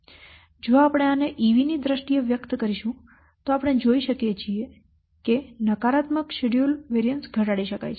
તેથી જો આપણે આને EV ની દ્રષ્ટિએ વ્યક્ત કરીશું તો આપણે જોઈ શકીએ છીએ કે નકારાત્મક શેડ્યૂલ વેરિએન્સ ઘટાડી શકાય છે